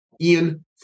Ian